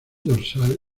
dorsal